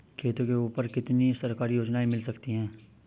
खेतों के ऊपर कितनी सरकारी योजनाएं मिल सकती हैं?